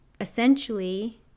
essentially